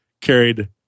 carried